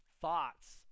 Thoughts